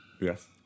Yes